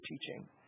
teaching